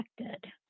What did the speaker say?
affected